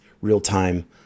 real-time